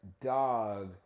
dog